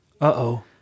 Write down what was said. Uh-oh